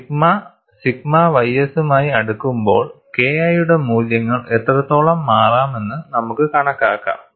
sigma sigma ys മായി അടുക്കുമ്പോൾ KI യുടെ മൂല്യങ്ങൾ എത്രത്തോളം മാറാമെന്ന് നമുക്ക് കണക്കാക്കാം